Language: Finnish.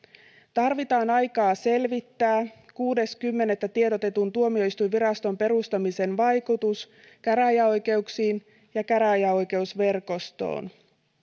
tarvitaan aikaa selvittää kuudes kymmenettä tiedotetun tuomioistuinviraston perustamisen vaikutus käräjäoikeuksiin ja käräjäoikeusverkostoon